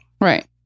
Right